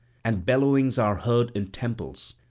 and bellowings are heard in temples,